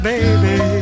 Baby